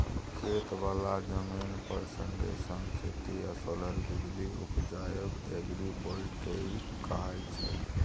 खेत बला जमीन पर संगे संग खेती आ सोलर बिजली उपजाएब एग्रीबोल्टेइक कहाय छै